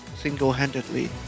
single-handedly